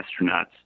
astronauts